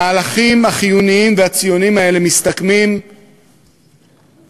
המהלכים החיוניים והציוניים האלה מסתכמים בכספים